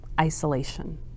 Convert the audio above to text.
isolation